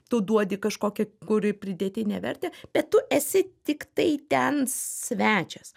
tu duodi kažkokią kuri pridėtinę vertę bet tu esi tiktai ten svečias